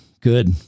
Good